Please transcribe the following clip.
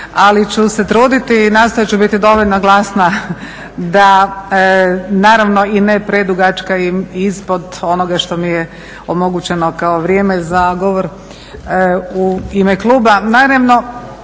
Ali ću se truditi i nastojati ću biti dovoljno glasna da, naravno i ne predugačka i ispod onoga što mi je omogućeno kao vrijeme za govor u ime kluba.